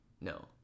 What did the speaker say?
no